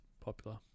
popular